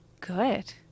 Good